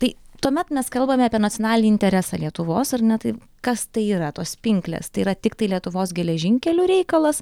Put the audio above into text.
tai tuomet mes kalbame apie nacionalinį interesą lietuvos ar ne tai kas tai yra tos pinklės tai yra tiktai lietuvos geležinkelių reikalas